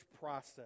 process